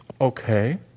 Okay